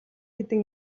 хэдэн